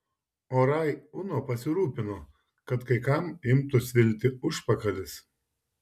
o rai uno pasirūpino kad kai kam imtų svilti užpakalis